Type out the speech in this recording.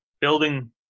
building